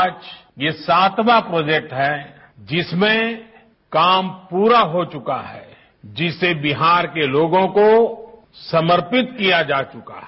आज ये सातवां प्रोजेक्ट है जिसमें काम पूरा हो चुका है जिसे बिहार के लोगों को समर्पित किया जा चुका है